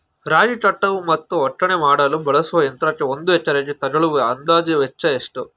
ರಾಗಿ ಕಟಾವು ಮತ್ತು ಒಕ್ಕಣೆ ಮಾಡಲು ಬಳಸುವ ಯಂತ್ರಕ್ಕೆ ಒಂದು ಎಕರೆಗೆ ತಗಲುವ ಅಂದಾಜು ವೆಚ್ಚ ಎಷ್ಟು?